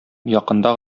якында